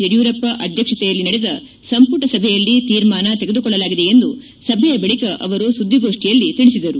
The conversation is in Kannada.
ಯಡಿಯೂರಪ್ಪ ಅಧ್ಯಕ್ಷತೆಯಲ್ಲಿ ನಡೆದ ಸಂಪುಟ ಸಭೆಯಲ್ಲಿ ತೀರ್ಮಾನ ತೆಗೆದುಕೊಳ್ಳಲಾಗಿದೆ ಎಂದು ಸಭೆಯ ಬಳಿಕ ಅವರು ಸುದ್ದಿ ಗೋಷ್ನಿಯಲ್ಲಿ ತಿಳಿಸಿದರು